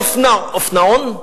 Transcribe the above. אופנעון?